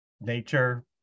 nature